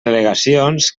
al·legacions